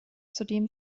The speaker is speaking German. zudem